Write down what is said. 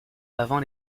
avant